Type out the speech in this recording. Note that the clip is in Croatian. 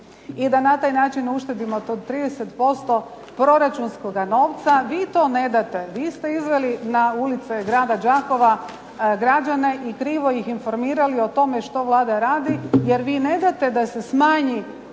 i da na taj način uštedimo do 30% proračunskoga novca. Vi to ne date. Vi ste izveli na ulice grada Đakova građane i krivo ih informirali o tome što Vlada radi, jer vi ne date da se smanje